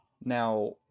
Now